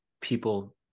people